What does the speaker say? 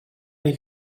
may